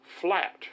flat